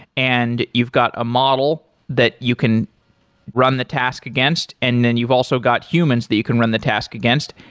and you've got a model that you can run the task against, and then you've also got humans that you can run the task against.